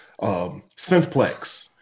synthplex